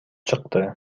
чыкты